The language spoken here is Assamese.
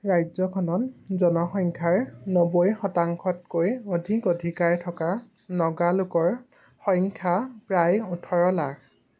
ৰাজ্যখনত জনসংখ্যাৰ নব্বৈ শতাংশতকৈ অধিক অধিকাৰ থকা নগা লোকৰ সংখ্যা প্ৰায় ওঠৰ লাখ